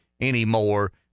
anymore